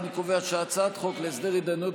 אני קובע שהצעת חוק להסדר התדיינויות